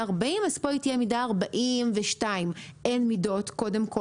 40 אז פה תהיה מידה 42. אין מידות קודם כל.